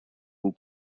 and